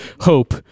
hope